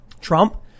Trump